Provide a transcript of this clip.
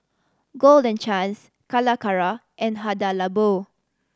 Golden Chance Calacara and Hada Labo